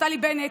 נפתלי בנט,